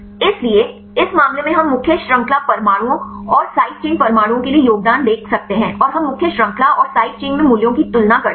इसलिए इस मामले में हम मुख्य श्रृंखला परमाणुओं और साइड चेन परमाणुओं के लिए योगदान देख सकते हैं और हम मुख्य श्रृंखला और साइड चेन में मूल्यों की तुलना करते हैं